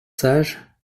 sages